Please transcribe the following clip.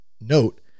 note